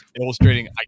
illustrating